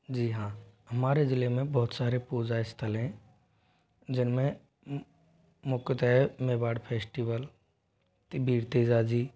जी हाँ हमारे जिले में बहुत सारे पूजा स्थल हैं जिनमें मुख्यतः मेवाड़ फेस्टिवल तिब्बीर तेजाजी